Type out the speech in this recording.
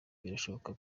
birashoboka